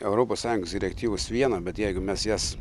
europos sąjungos direktyvos viena bet jeigu mes jas